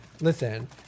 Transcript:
Listen